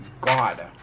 God